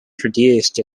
produced